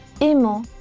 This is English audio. aimant